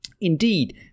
indeed